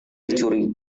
dicuri